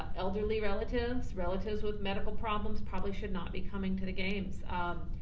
elderly relatives, relatives with medical problems probably, should not be coming to the games.